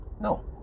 No